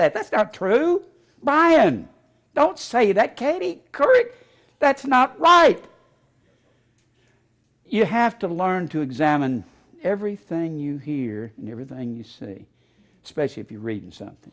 that that's not true by and don't say that katie couric that's not right you have to learn to examine everything you hear in everything you see especially if you read something